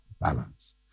balance